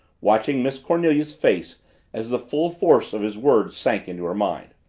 watching miss cornelia's face as the full force of his words sank into her mind,